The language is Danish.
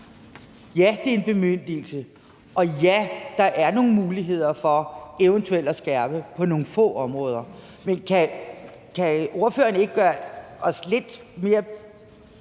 Ja, det er en bemyndigelse, og ja, der er nogle muligheder for eventuelt at skærpe på nogle få områder. Men kan ordføreren ikke gøre os lidt mere